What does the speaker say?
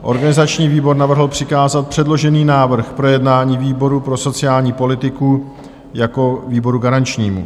Organizační výbor navrhl přikázat předložený návrh k projednání výboru pro sociální politiku jako výboru garančnímu.